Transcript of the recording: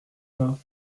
pas